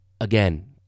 Again